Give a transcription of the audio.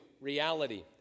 reality